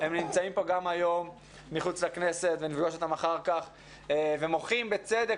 הם נמצאים כאן גם היום מחוץ לכנסת ונפגוש אותם אחר כך והם מוחים בצדק